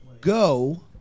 Go